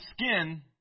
skin